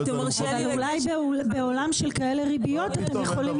אבל אולי בעולם של כאלה ריביות אתם יכולים